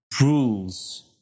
rules